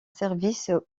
service